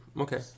okay